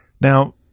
Now